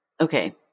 okay